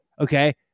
Okay